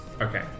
Okay